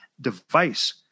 device